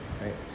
right